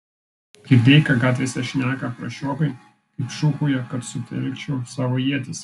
girdėjai ką gatvėse šneka prasčiokai kaip šūkauja kad sutelkčiau savo ietis